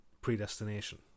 predestination